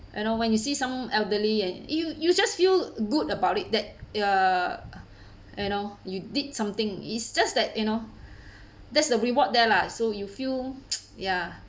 you know when you see some elderly and you you just feel good about it that err you know you did something it's just that you know that's the reward there lah so you feel ya